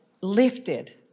lifted